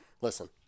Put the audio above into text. Listen